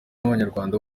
n’abanyarwanda